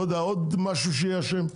לא יודע עוד משהו שיהיה אשם.